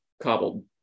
cobbled